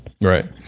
Right